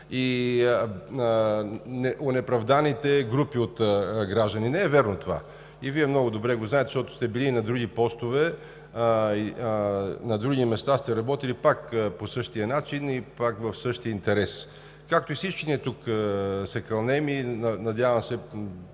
и онеправданите групи от граждани. Не е вярно това. Вие много добре го знаете, защото сте били и на други постове, на други места сте работили пак по същия начин и пак в същия интерес, както всички ние тук се кълнем и, надявам се,